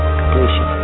completion